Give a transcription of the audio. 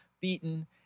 beaten